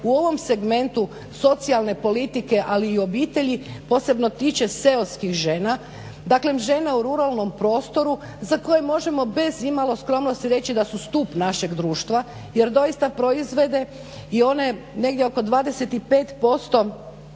u ovom segmentu socijalne politike ali i obitelji posebno tiče seoskih žena, dakle žena u ruralnom prostoru za koje možemo bez imalo skromnosti reći da su stup našeg društva jer doista proizvede i one negdje oko 25%